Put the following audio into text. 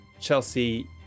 Chelsea